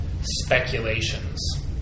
speculations